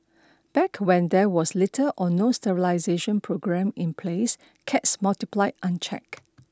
back when there was little or no sterilisation programme in place cats multiplied unchecked